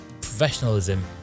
professionalism